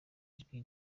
ijwi